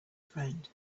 friend